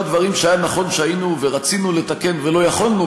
דברים שהיו נכונים ורצינו לתקן ולא יכולנו,